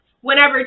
whenever